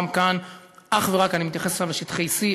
גם כאן אני מתייחס עכשיו אך ורק לשטחי C,